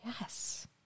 yes